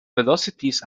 velocities